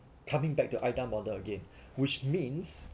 coming back to AIDA model again which means